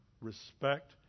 respect